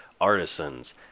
Artisans